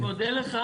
אני מודה לך